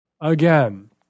Again